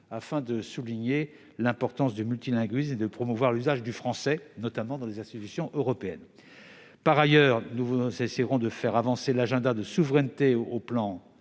afin de souligner l'importance du multilinguisme et de promouvoir l'usage du français, notamment dans les institutions européennes. Ensuite, nous essaierons de faire avancer l'agenda de souveraineté européenne